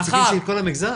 יש פה נציגים של כל המגזר.